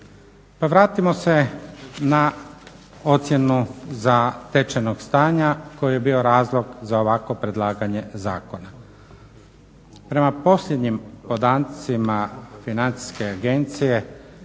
vratimo se na ocjenu zatečenog stanja, koji je bio razlog za ovakvo predlaganje zakona. Prema posljednjim podacima financijske agencije